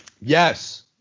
Yes